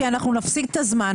כי אנחנו נפסיד את הזמן.